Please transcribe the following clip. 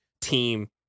team